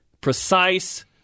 precise